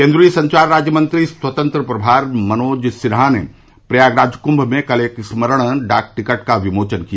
केन्द्रीय संचार राज्य मंत्री स्वतंत्र प्रभार मनोज सिन्हा ने प्रयागराज कुंभ में कल एक स्मरण डाक टिकट का विमोचन किया